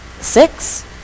six